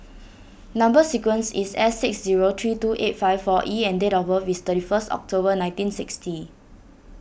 Number Sequence is S six zero three two eight five four E and date of birth is thirty first October nineteen sixty